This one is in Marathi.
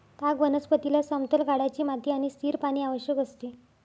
ताग वनस्पतीला समतल गाळाची माती आणि स्थिर पाणी आवश्यक असते